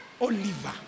Oliver